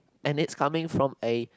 and it's coming from a